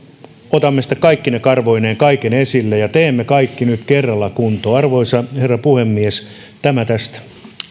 otamme sitten kaikkine karvoineen kaiken esille ja teemme kaikki nyt kerralla kuntoon arvoisa herra puhemies tämä tästä